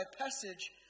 passage